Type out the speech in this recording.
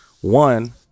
One